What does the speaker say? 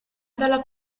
dalla